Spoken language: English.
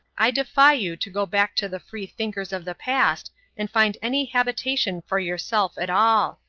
i defy you to go back to the free-thinkers of the past and find any habitation for yourself at all.